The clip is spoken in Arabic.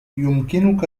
يمكنك